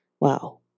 Wow